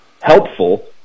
helpful